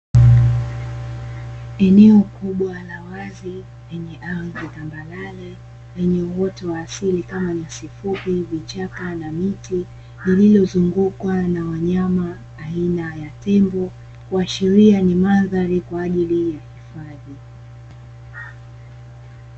Eneo kubwa la wazi lenye ardhi tambarare lenye uoto wa asili kama nyasi fupi, vichaka, na miti, lililozungukwa na wanyama aina ya tembo kuashiria ni madhari kwa ajili ya hifadhi.